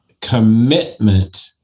commitment